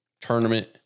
tournament